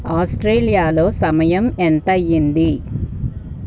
ఆస్ట్రేలియాలో సమయం ఎంతయ్యింది